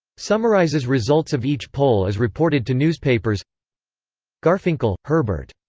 summarizes results of each poll as reported to newspapers garfinkel, herbert.